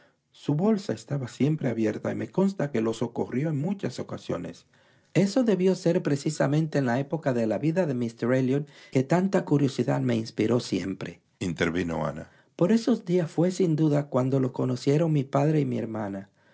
su bolsa estaba siempre abierta y me consta que lo socorrió en muchas ocasiones eso debió ser precisamente en la época de la vida de míster elliot que tanta curiosidad me inspiró siempreintervino ana por esos días fué sin duda cuando lo conocieron mi padre y mi hermana